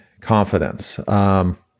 confidence